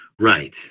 Right